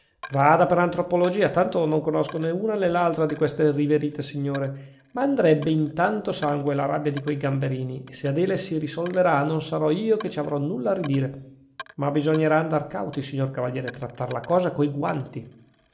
vada per antropologia tanto non conosco nè l'una nè l'altra di queste riverite signore m'andrebbe in tanto sangue la rabbia dei gamberini e se adele si risolverà non sarò io che ci avrò nulla a ridire ma bisognerà andar cauti signor cavaliere trattar la cosa coi guanti